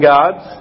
Gods